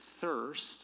thirst